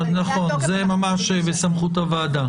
זה ממש בסמכות הוועדה.